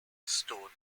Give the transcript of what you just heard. stoned